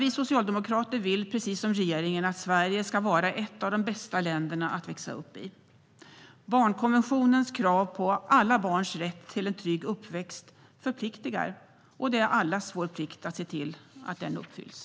Vi socialdemokrater vill, precis som regeringen, att Sverige ska vara ett av de bästa länderna att växa upp i. Barnkonventionens krav på alla barns rätt till en trygg uppväxt förpliktar, och det är allas vår plikt att se till att den uppfylls.